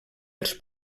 els